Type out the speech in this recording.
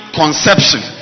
conception